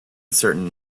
certain